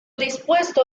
dispuesto